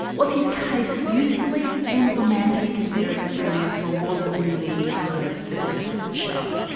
was his case usefully emblematic of their experience or was it really a kind of circus show?